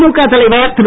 திமுக தலைவர் திரு